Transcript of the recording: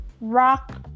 rock